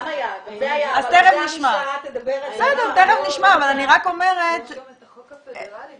יש גם את החוק הפדרלי.